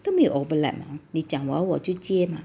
都没有 overlap 你讲完我就接 mah